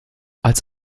als